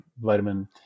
vitamin